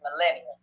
millennium